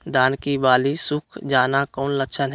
धान की बाली सुख जाना कौन लक्षण हैं?